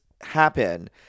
happen